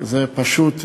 זה פשוט מזעזע,